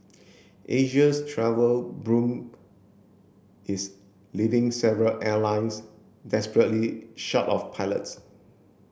Asia's travel boom is leaving several airlines desperately short of pilots